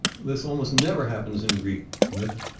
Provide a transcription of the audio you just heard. this almost never happens in greek myth,